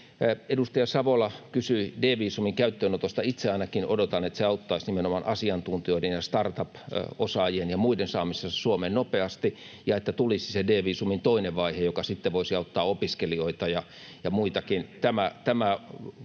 Edustaja Savola kysyi D-viisumin käyttöönotosta: Itse ainakin odotan, että se auttaisi nimenomaan asiantuntijoiden ja startup-osaajien ja muiden saamisessa Suomeen nopeasti ja että tulisi se D-viisumin toinen vaihe, joka sitten voisi auttaa opiskelijoita ja muitakin.